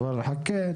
אבל חכה,